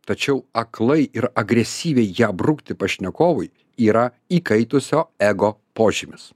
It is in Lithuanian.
tačiau aklai ir agresyviai ją brukti pašnekovui yra įkaitusio ego požymis